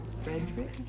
Frederick